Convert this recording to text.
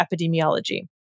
epidemiology